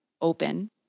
open